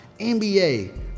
NBA